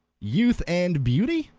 youth and beauty?